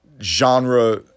genre